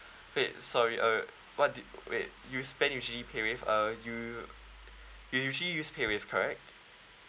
wait sorry uh what did wait you spend usually PayWave uh you you usually use PayWave correct